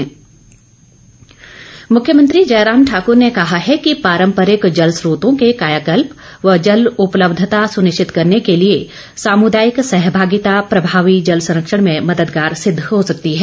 मुख्यमंत्री मुख्यमंत्री जयराम ठाकुर ने कहा है कि पारम्परिक जल स्रोतों के कायाकल्प व जल उपलब्धता सुनिश्चित करने के लिए सामुदायिक सहभागिता प्रभावी जल संरक्षण में मददगार सिद्ध हो सकती है